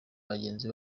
bagenzi